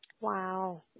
Wow